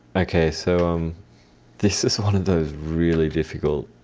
okay, so um this is one of those really difficult,